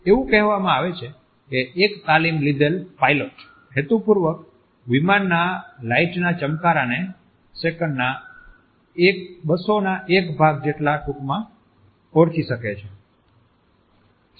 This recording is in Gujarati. એવું કહેવામાં આવે છે કે એક તાલીમ લીધેલ પાયલોટ હેતુપૂર્વક વિમાનના લાઈટના ચમકરાને સેકંડના 1200 ભાગ જેટલા ટૂંકમાં ઓળખી શકે છે